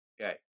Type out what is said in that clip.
okay